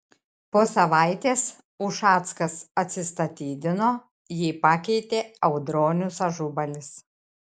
po savaitės ušackas atsistatydino jį pakeitė audronius ažubalis